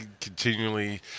continually